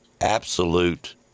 absolute